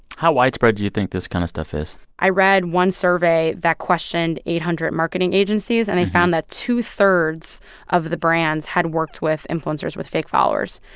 how widespread do you think this kind of stuff is? i read one survey that questioned eight hundred marketing agencies, and they found that two-thirds of the brands had worked with influencers with fake followers.